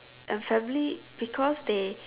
and family because they